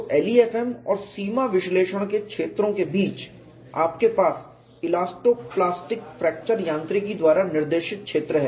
तो LEFM और सीमा विश्लेषण के क्षेत्रों के बीच आपके पास इलास्टो प्लास्टिक फ्रैक्चर यांत्रिकी द्वारा निर्देशित क्षेत्र है